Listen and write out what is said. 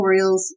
tutorials